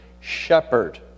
shepherd